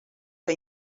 que